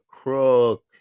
crook